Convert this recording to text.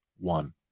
One